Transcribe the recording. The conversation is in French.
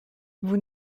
vous